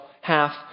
half